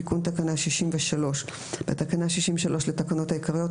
תיקון תקנה 63בתקנה 63 לתקנות העיקריות,